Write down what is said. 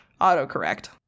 autocorrect